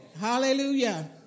Hallelujah